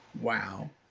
Wow